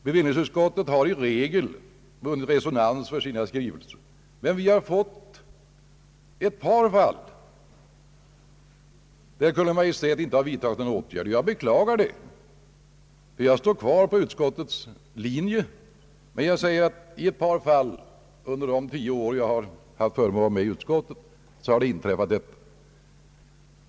Bevillningsutskottet har i regel vunnit resonans för sina skrivelser, men jag känner till ett par fall där Kungl. Maj:t inte vidtagit några åtgärder. Jag beklagar det, ty jag står på utskottets linje. Jag vill framhålla att detta har inträffat endast i ett par fall under de tio år som jag haft förmånen att vara med i utskottet.